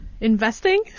Investing